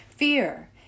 Fear